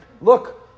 look